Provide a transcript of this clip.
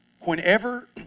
Whenever